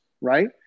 right